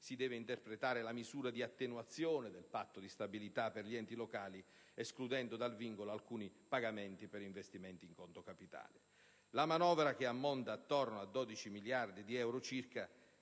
si deve interpretare la misura di attenuazione del Patto di stabilità per gli enti locali stessi, con l'esclusione dal vincolo di alcuni pagamenti per investimenti in conto capitale. La manovra, che ammonta a 12,5 miliardi di euro, si